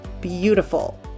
beautiful